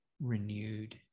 renewed